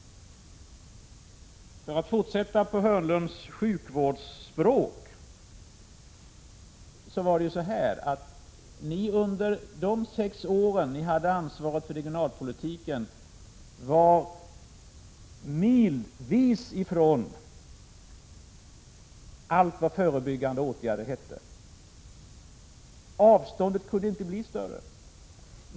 För att fortsätta på Börje Hörnlunds sjukvårdsspråk var ni, under de sex år ni hade ansvar för regionalpolitiken, milvis ifrån allt vad förebyggande åtgärder heter. Avståndet kunde inte bli större.